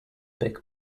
big